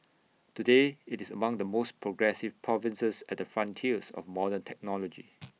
today IT is among the most progressive provinces at the frontiers of modern technology